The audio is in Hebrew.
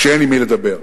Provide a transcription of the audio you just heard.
שאין עם מי לדבר.